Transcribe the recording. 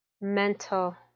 mental